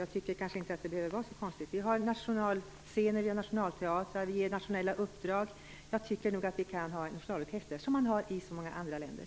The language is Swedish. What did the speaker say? Jag tycker kanske inte att det behöver vara så konstigt. Vi har nationalscener och nationalteatrar, och vi ger nationella uppdrag. Jag tycker nog att vi kan ha en nationalorkester, såsom man har i så många andra länder.